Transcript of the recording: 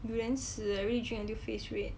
you then 死啊 everyday drink until face red